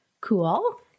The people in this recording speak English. Cool